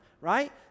right